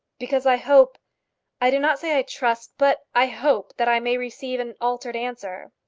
because i hope i do not say i trust but i hope that i may receive an altered answer.